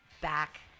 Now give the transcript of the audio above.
back